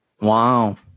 Wow